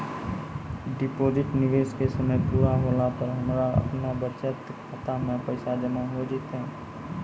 Deposit निवेश के समय पूरा होला पर हमरा आपनौ बचत खाता मे पैसा जमा होय जैतै?